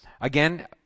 again